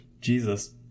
jesus